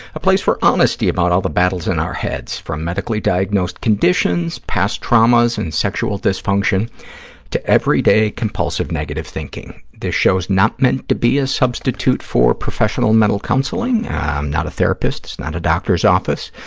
a place for honesty about all the battles in our heads, from medically diagnosed conditions, past traumas and sexual dysfunction to everyday compulsive negative thinking. this show is not meant to be a substitute for professional mental counseling. i'm not a therapist. it's not a doctor's office.